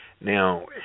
Now